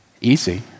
easy